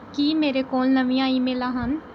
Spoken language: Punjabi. ਕੀ ਮੇਰੇ ਕੋਲ ਨਵੀਆਂ ਈਮੇਲਾਂ ਹਨ